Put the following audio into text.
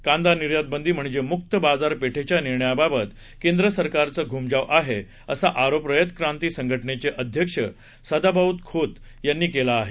कांदा निर्यातबंदी म्हणजे मुक्त बाजार पेठेच्या निर्णयाबाबत केंद्रसरकारचं घूमजाव आहे असा आरोप रयत क्रांती संघटनेचे अध्यक्ष सदाभाऊ खोत यांनी केला आहे